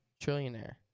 Trillionaire